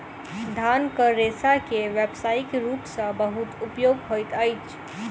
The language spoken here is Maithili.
धानक रेशा के व्यावसायिक रूप सॅ बहुत उपयोग होइत अछि